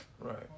Right